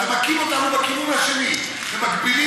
אז הם מכים אותנו בכיוון השני ומגבילים את,